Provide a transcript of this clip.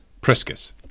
Priscus